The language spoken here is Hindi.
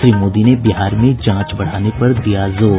श्री मोदी ने बिहार में जांच बढ़ाने पर दिया जोर